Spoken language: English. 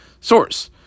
source